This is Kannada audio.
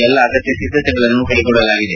ಎಲ್ಲಾ ಅಗತ್ಯ ಸಿದ್ದತೆಗಳನ್ನು ಕ್ಷೆಗೊಳ್ಳಲಾಗಿದೆ